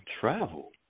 Travel